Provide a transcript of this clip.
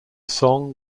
song